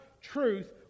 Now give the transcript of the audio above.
truth